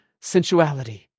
sensuality